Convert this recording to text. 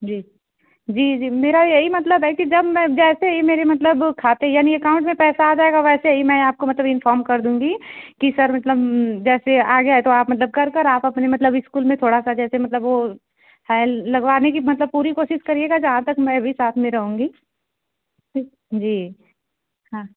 जी जी जी मेरा यही मतलब है कि जब मैं जैसे ही मेरे मतलब खाते यानी अकाउंट में पैसा आ जाएगा वैसे ही मैं आपको मतलब इंफ़ॉर्म कर दूँगी कि सर मतलब जैसे आ गया है तो आप मतलब कर कर आप अपने मतलब स्कूल में थोड़ा सा जैसे मतलब वह टाइल लगवाने की मतलब पूरी कोशिश करिएगा जहाँ तक मैं भी साथ में रहूँगी ठीक जी हाँ